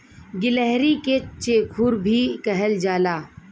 गिलहरी के चेखुर भी कहल जाला